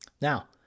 Now